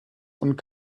und